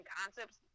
concepts